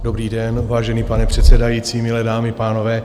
Dobrý den, vážený pane předsedající, milé dámy, pánové.